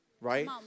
right